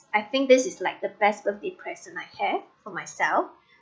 I think this is like the best the present I have for myself